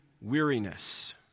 weariness